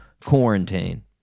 quarantine